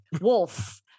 Wolf